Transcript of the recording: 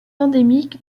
endémique